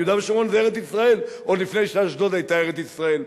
יהודה ושומרון זה ארץ-ישראל עוד לפני שאשדוד היתה ארץ-ישראל.